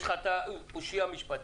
יש לך קושיה משפטית,